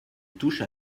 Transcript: touche